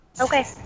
Okay